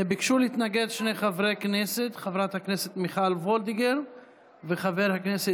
ביקשו להתנגד שני חברי כנסת: חברת הכנסת